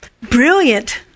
brilliant